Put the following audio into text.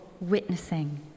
witnessing